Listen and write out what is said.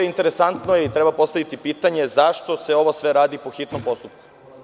Interesantno je i treba postaviti pitanje zašto se sve ovo radi po hitnom postupku?